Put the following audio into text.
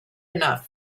enough